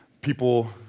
people